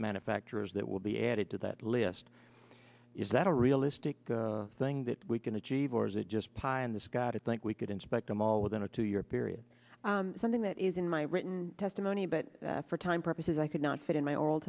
manufacturers that will be added to that list is that a realistic thing that we can achieve or is it just pie in this god i think we could inspect them all within a two year period something that is in my written testimony but for time purposes i could not fit in my o